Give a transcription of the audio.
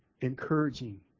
encouraging